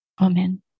Amen